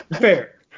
fair